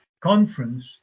conference